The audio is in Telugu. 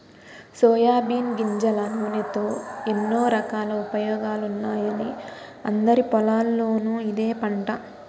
సోయాబీన్ గింజల నూనెతో ఎన్నో రకాల ఉపయోగాలున్నాయని అందరి పొలాల్లోనూ ఇదే పంట